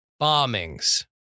bombings